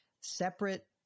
separate